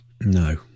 No